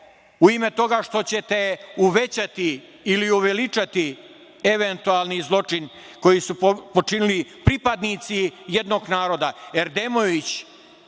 u ime toga što ćete uvećati ili uveličati eventualni zločin koji su počinili pripadnici jednog naroda.